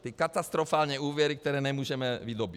Ty katastrofální úvěry, které nemůžeme vydobýt.